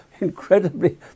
incredibly